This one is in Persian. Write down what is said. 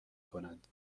کنند